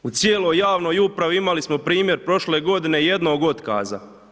U cijeloj javnoj upravi, imali smo primjer prošle godine jednog otkaza.